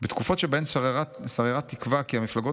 בתקופות שבהן שררה תקווה כי המפלגות